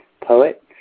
poet